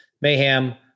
mayhem